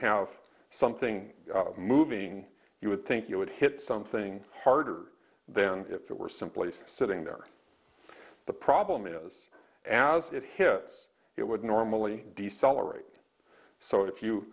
have something moving you would think you would hit something harder then if it were simply sitting there the problem is as it hits it would normally decelerate so if you